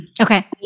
Okay